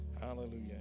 hallelujah